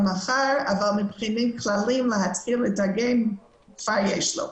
אבל מבחינה כללית להתחיל להתארגן כבר יש לו.